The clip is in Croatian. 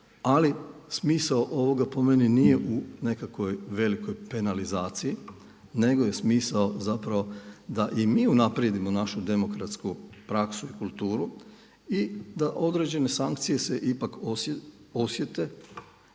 Ali smisao ovoga, po meni, nije u nekakvoj velikoj penalizaciji nego je smisao zapravo da i mi unaprijedimo našu demokratsku praksu i kulturu i da određene sankcije se ipak osjete